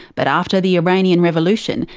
but after the iranian revolution,